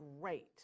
great